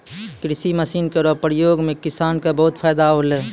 कृषि मसीन केरो प्रयोग सें किसान क बहुत फैदा होलै